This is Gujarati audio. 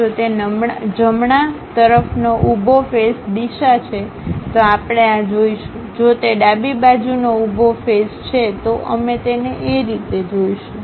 જો તે જમણા તરફનોઉભો ફેસ દિશા છે તો આપણે આ જોશું જો તે ડાબી બાજુનો ઉભી ફેસ છે તો અમે તેને આ રીતે જોશું